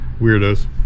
weirdos